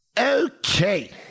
Okay